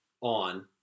on